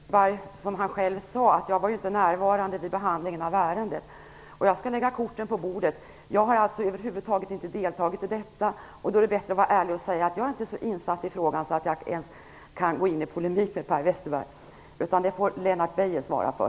Herr talman! Som Per Westerberg själv sade var jag inte närvarande vid justeringen av ärendet. Jag skall lägga korten på bordet och säga att jag över huvud taget inte har deltagit i behandlingen av detta ärende. Då är det bättre att vara ärlig och säga att jag inte är så insatt i frågan att jag kan gå in i en polemik med Per Westerberg. Det får Lennart Beijer svara för.